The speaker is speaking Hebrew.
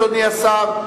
אדוני השר,